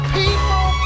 people